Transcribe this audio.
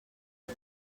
ils